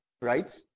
right